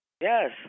yes